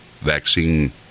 vaccine